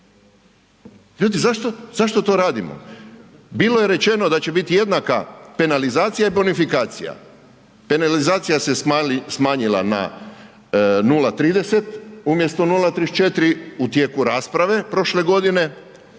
Ljudi zašto to radimo? Bilo je rečeno da će biti jednaka penalizacija i bonifikacija. Penalizacija se smanjila na 0,30 umjesto 0,34 u tijeku rasprave prošle godine.